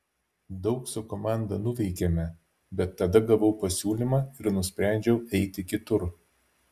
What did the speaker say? daug su komanda nuveikėme bet tada gavau pasiūlymą ir nusprendžiau eiti kitur